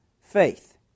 faith